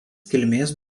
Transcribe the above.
kilmės